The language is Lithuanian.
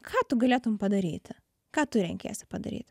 ką tu galėtum padaryti ką tu renkiesi padaryti